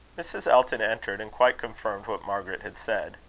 mrs. elton entered, and quite confirmed what margaret had said.